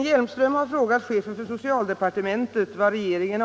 Herr talman!